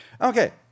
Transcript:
Okay